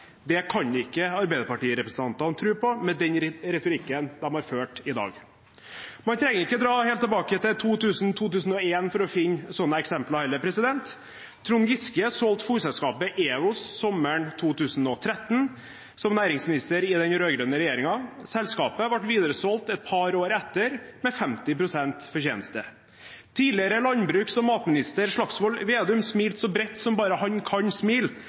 Det kan ikke arbeiderpartirepresentantene tro på med den retorikken de har ført i dag. Man trenger ikke dra helt tilbake til 2000–2001 for å finne sånne eksempler, heller. Trond Giske solgte som næringsminister i den rød-grønne regjeringen fôrselskapet EWOS sommeren 2013. Selskapet ble videresolgt et par år etter med 50 pst. fortjeneste. Tidligere landbruks- og matminister Slagsvold Vedum smilte så bredt som bare han kan,